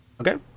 Okay